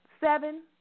seven